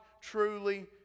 truly